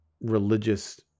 religious